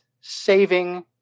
saving